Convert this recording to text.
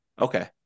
Okay